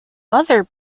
other